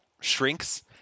shrinks